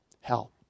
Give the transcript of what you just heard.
hell